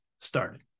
started